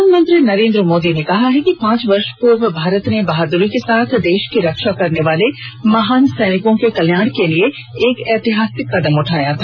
प्रधानमंत्री नरेन्द्र मोदी ने कहा है कि पांच वर्ष पूर्व भारत ने बहादुरी के साथ देश की रक्षा करने वाले महान सैनिकों के कल्याण के लिए एक ऐतिहासिक कदम उठाया था